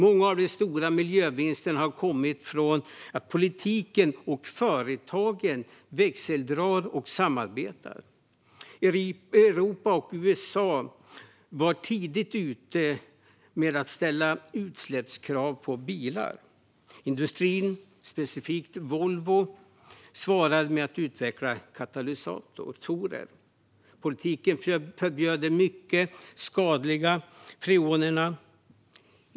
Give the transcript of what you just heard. Många av de stora miljövinsterna har kommit från att politiken och företagen växeldrar och samarbetar. Europa och USA var tidigt ute med att ställa utsläppskrav på bilar. Industrin, specifikt Volvo, svarade med att utveckla katalysatorer. Politiken förbjöd de mycket skadliga freonerna.